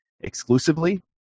exclusively